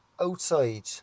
outside